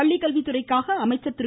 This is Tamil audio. பள்ளி கல்வித்துறைக்காக அமைச்சர் திரு